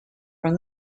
from